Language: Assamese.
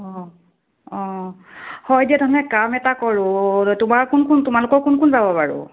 অঁ অঁ হয় দিয়া তেনেহ'লে কাম এটা কৰোঁ তোমাৰ কোন কোন তোমালোকৰ কোন কোন যাব বাৰু